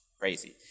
crazy